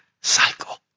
cycle